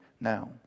now